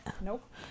Nope